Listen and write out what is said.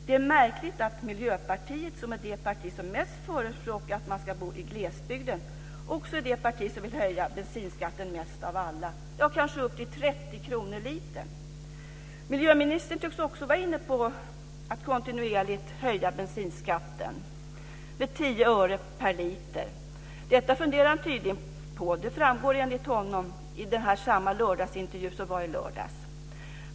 Det är märkligt att Miljöpartiet, som är det parti som mest förespråkar att man ska bo i glesbygden, också är det parti som vill höja bensinskatten mest av alla, ja, kanske upp till 30 kr per liter. Miljöministern tycks också vara inne på att kontinuerligt höja bensinskatten med 10 öre per liter. Detta funderar han tydligen på, vilket framgår av intervjun som sändes i lördags.